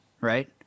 Right